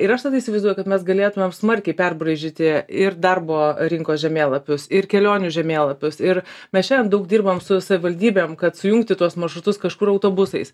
ir aš tada įsivaizduoju kad mes galėtumėm smarkiai perbraižyti ir darbo rinkos žemėlapius ir kelionių žemėlapius ir mes šiandien daug dirbam su savivaldybėm kad sujungti tuos maršrutus kažkur autobusais